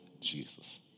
Jesus